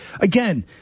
again